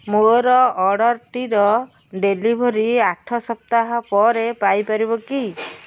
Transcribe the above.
ମୋର ଅର୍ଡ଼ର୍ଟିର ଡ଼େଲିଭରି ଆଠ ସପ୍ତାହ ପରେ ପାଇ ପାରିବି କି